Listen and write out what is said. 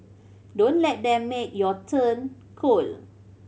don't let them make you turn cold